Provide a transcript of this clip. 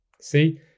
See